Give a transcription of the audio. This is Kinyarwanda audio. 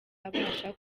abasha